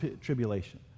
tribulation